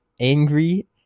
angry